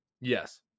Yes